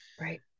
Right